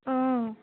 অঁ